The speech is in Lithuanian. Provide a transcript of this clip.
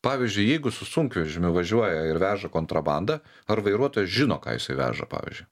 pavyzdžiui jeigu su sunkvežimiu važiuoja ir veža kontrabandą ar vairuotojas žino ką jisai veža pavyzdžiui